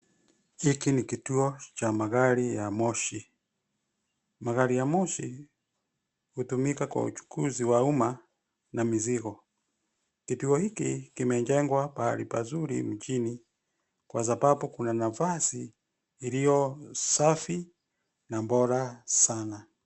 Hiki ni kituo cha magari ya moshi, magari ya moshi hutumika kwa uchukuzi wa uma na mizigo. Kituo hiki kimejengwa pahali pazuri mjini kwa sababu kuna nafasi iliyo safi na bora sana.